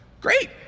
Great